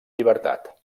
llibertat